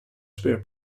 spare